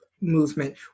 movement